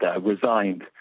resigned